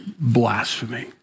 Blasphemy